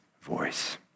voice